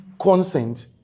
consent